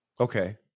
Okay